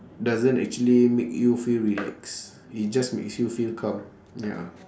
doesn't actually make you feel relax it just makes you feel calm ya